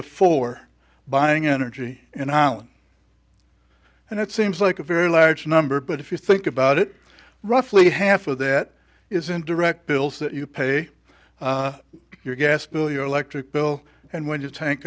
of four buying energy in holland and it seems like a very large number but if you think about it roughly half of that is in direct bills that you pay your gas bill your electric bill and when you tank